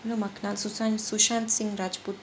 you know makna su~ sushanth singh rajput